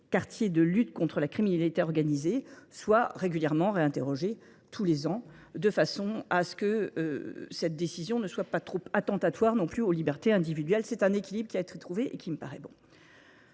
quartiers de lutte contre la criminalité organisée soit régulièrement réinterrogée tous les ans, de façon à ce que cette décision ne soit pas trop attentatoire non plus aux libertés individuelles. C'est un équilibre qui a été trouvé et qui me paraît bon.